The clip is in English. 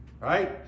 right